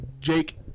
Jake